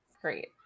great